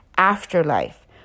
afterlife